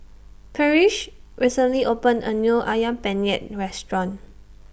Parrish recently opened A New Ayam Penyet Restaurant